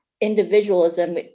individualism